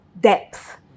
depth